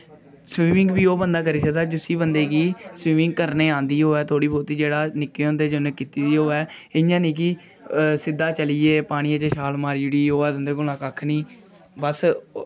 swimming बी ओह् बंदा करी सकदा जिसी बंदे गी स्बिमिंग करने गी आंदी होऐ थोह्ड़ी बौहती जेहड़ा निक्के होंदे जिन्हे कीती दी होऐ इयां नेईं के सिद्धा चली गे पानी च छाल मारी ओड़ी ओहदे बाद उंदे कोला कक्ख नेईं बस